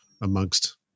amongst